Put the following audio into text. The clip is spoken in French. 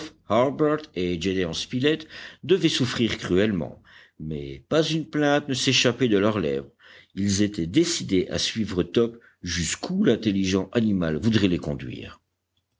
devaient souffrir cruellement mais pas une plainte ne s'échappait de leurs lèvres ils étaient décidés à suivre top jusqu'où l'intelligent animal voudrait les conduire